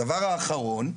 הדבר האחרון,